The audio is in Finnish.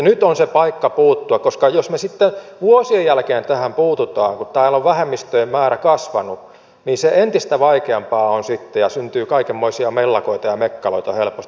nyt on se paikka puuttua koska jos me sitten vuosien jälkeen tähän puutumme kun täällä on vähemmistöjen määrä kasvanut niin se on entistä vaikeampaa sitten ja syntyy kaikenmoisia mellakoita ja mekkaloita helposti